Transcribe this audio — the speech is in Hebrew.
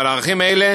על ערכים אלה